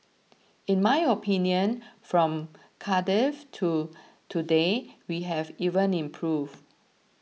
in my opinion from Cardiff to today we have even improved